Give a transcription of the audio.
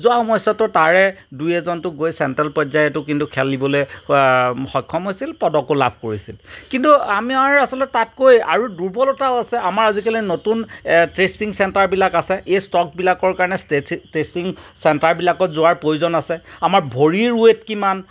যোৱা সময়ছোৱাতো তাৰে দুই এজনটো গৈ চেণ্ট্ৰেল পৰ্যায়তো কিন্তু খেলিবলৈ সক্ষম হৈছিল পদকো লাভ কৰিছিল কিন্তু আমাৰ আচলতে তাতকৈ আৰু দুৰ্বলতাও আছে আমাৰ আজিকালি নতুন টেষ্টিং চেণ্টাৰবিলাক আছে এই ষ্টকবিলাকৰ কাৰণে টেষ্টিং চেণ্টাৰবিলাকত যোৱাৰ প্ৰয়োজন আছে আমাৰ ভৰিৰ ওৱেইট কিমান